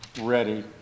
ready